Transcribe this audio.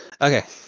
okay